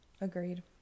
Agreed